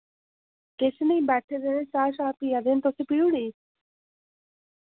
किश नि बैठे दे चाह् शा पिया दे न तुस पियुड़ी